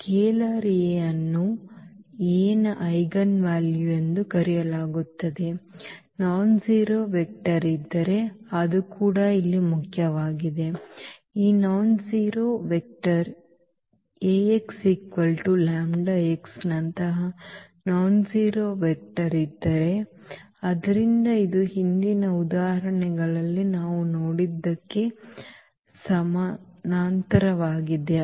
scalar A ಅನ್ನು A ನ eigenvalue ಎಂದು ಕರೆಯಲಾಗುತ್ತದೆಯೆ ನಾನ್ಜೆರೋ ವೆಕ್ಟರ್ ಇದ್ದರೆ ಅದು ಕೂಡ ಇಲ್ಲಿ ಮುಖ್ಯವಾಗಿದೆ ಈ ನಾನ್ಜೆರೋ ವೆಕ್ಟರ್ ಈ Ax ನಂತಹ ನಾನ್ಜೆರೋ ವೆಕ್ಟರ್ ಇದ್ದರೆ ಆದ್ದರಿಂದ ಇದು ಹಿಂದಿನ ಉದಾಹರಣೆಗಳಲ್ಲಿ ನಾವು ನೋಡಿದ್ದಕ್ಕೆ ಸಮಾನಾಂತರವಾಗಿದೆ